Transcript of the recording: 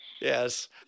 Yes